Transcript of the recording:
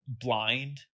blind